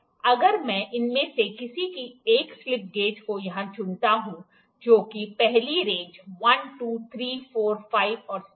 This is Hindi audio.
अगर मैं इनमें से किसी एक स्लिप गेज को यहां चुनता हूं जो कि पहली रेंज 1 2 3 4 5 और 6 है